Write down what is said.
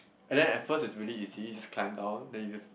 and then at first it's really easy you just climb down then you just